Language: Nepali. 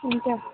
हुन्छ